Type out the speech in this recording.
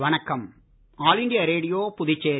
வணக்கம் all India Radio Puducherry